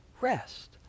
rest